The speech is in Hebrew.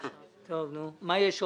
נו טוב, מה יש עוד?